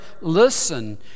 listen